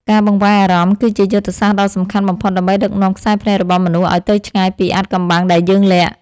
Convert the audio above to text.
ការបង្វែរអារម្មណ៍គឺជាយុទ្ធសាស្ត្រដ៏សំខាន់បំផុតដើម្បីដឹកនាំខ្សែភ្នែករបស់មនុស្សឱ្យទៅឆ្ងាយពីអាថ៌កំបាំងដែលយើងលាក់។